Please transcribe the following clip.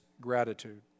gratitude